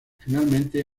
finalmente